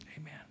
Amen